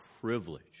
privilege